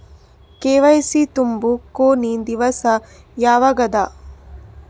KYC ತುಂಬೊ ಕೊನಿ ದಿವಸ ಯಾವಗದ?